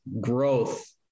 growth